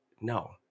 No